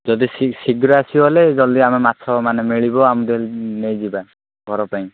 ଯଦି ସି ଶୀଘ୍ର ଆସିବ ବୋଲେ ଜଲ୍ଦି ଆମେ ମାଛ ମାନେ ମିଳିବ ଆମେ ନେ ନେଇଯିବା ଘରପାଇଁ